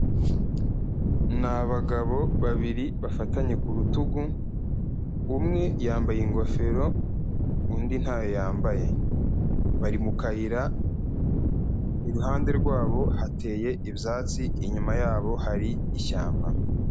Ni abagabo babiri bafatanye ku rutugu, umwe yambaye ingofero, undi ntayo yambaye, bari mu kayira, iruhande rw'abo hateye ibyatsi, inyuma y'abo hari ishyamba.